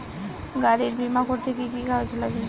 গাড়ীর বিমা করতে কি কি কাগজ লাগে?